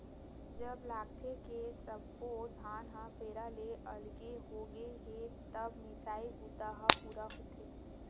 जब लागथे के सब्बो धान ह पैरा ले अलगे होगे हे तब मिसई बूता ह पूरा होथे